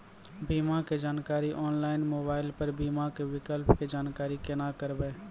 बीमा के जानकारी ऑनलाइन मोबाइल पर बीमा के विकल्प के जानकारी केना करभै?